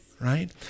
Right